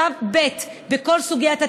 שלב ב' בכל סוגיית התאגיד,